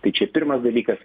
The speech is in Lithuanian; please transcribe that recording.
tai čia pirmas dalykas